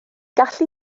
gallu